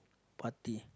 party